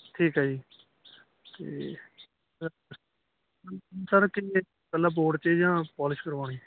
ਠੀਕ ਆ ਜੀ ਅਤੇ ਸਰ ਕਿੰਨੀ ਇਕੱਲਾ ਬੋਰਡ 'ਚ ਜਾਂ ਪੋਲਿਸ਼ ਕਰਵਾਉਣੀ